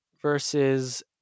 versus